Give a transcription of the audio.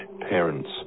parents